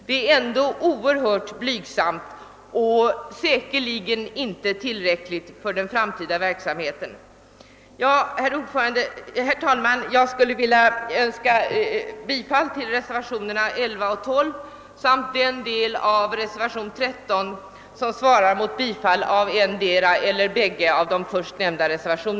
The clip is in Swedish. Det är ändå oerhört blygsamt och säkerligen inte tillräckligt för den framtida verksamheten. Herr talman! Jag yrkar bifall till reservationerna 11, 12 och 13.